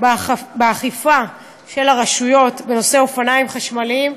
באכיפה של הרשויות בנושא אופניים חשמליים.